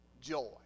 joy